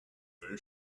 they